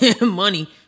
Money